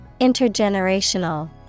Intergenerational